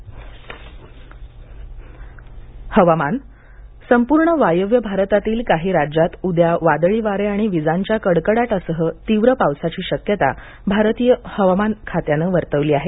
उत्तर भारत हवामान संपूर्ण वायव्य भारतातील काही राज्यात उदया वादळी वारेआणि विजांच्या कडकडाटासह तीव्र पावसाची शक्यता भारतीय हवामान खात्यान वर्तवली आहे